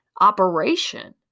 operation